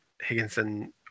Higginson